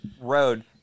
road